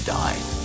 die